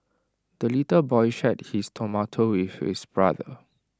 the little boy shared his tomato with his brother